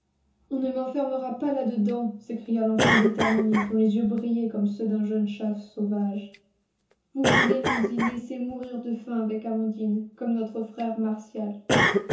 on ne m'enfermera pas là-dedans s'écria l'enfant déterminé dont les yeux brillaient comme ceux d'un jeune chat sauvage vous voulez nous y laisser mourir de faim avec amandine comme notre frère martial